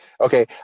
Okay